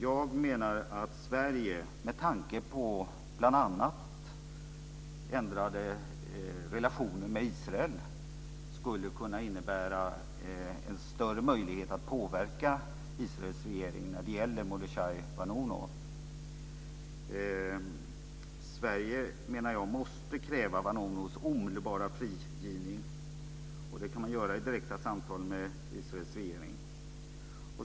Jag menar att bl.a. ändrade relationer med Israel skulle kunna innebära en större möjlighet för Sverige att påverka Israels regering när det gäller Mordechai Vanunu. Sverige, menar jag, måste kräva Vanunus omedelbara frigivning. Det kan man göra i direkta samtal med Israels regering.